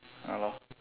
ah lor